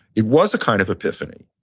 it was a kind of epiphany,